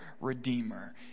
redeemer